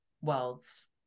worlds